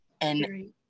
And-